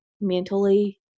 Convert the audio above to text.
mentally